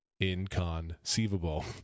Inconceivable